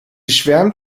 schwärmt